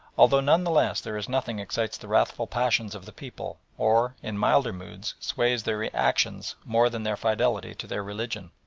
although none the less there is nothing excites the wrathful passions of the people or, in milder moods, sways their actions more than their fidelity to their religion.